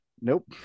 Nope